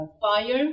fire